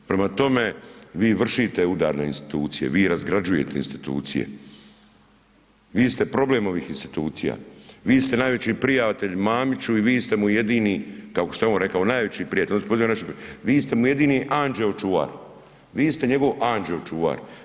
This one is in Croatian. Prema tome, vi vršite udar na institucije, vi razgrađujete institucije, vi ste problem ovih institucija, vi ste najveći prijatelj Mamiću i vi ste mu jedini kako što je on rekao najveći prijatelj, vi ste mu jedini anđeo čuvar, vi ste njegov anđeo čuvar.